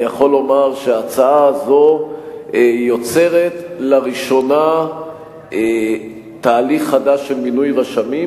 אני יכול לומר שההצעה הזאת יוצרת לראשונה תהליך חדש של מינוי רשמים,